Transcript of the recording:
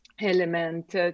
element